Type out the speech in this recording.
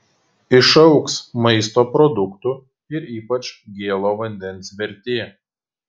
išaugs maisto produktų ir ypač gėlo vandens vertė